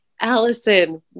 Allison